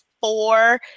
four